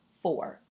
four